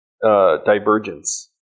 divergence